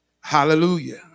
Hallelujah